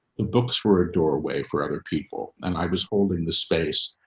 the books were a doorway for other people and i was holding the space.